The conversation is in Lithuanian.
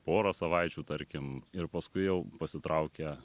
porą savaičių tarkim ir paskui jau pasitraukia